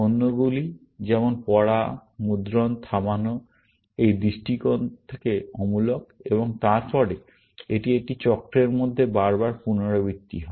অন্যগুলি যেমন পড়া মুদ্রণ এবং থামানো এই দৃষ্টিকোণ থেকে অমূলক এবং তারপরে এটি একটি চক্রের মধ্যে বারবার পুনরাবৃত্তি হয়